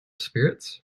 spirits